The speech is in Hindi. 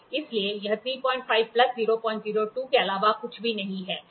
इसलिए यह 35 प्लस 002 के अलावा कुछ भी नहीं है